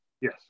Yes